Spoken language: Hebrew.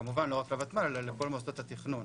כמובן, לא רק לוותמ"ל אלא לכל מוסדות התכנון.